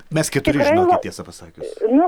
mes keturi žinokit tiesą pasakius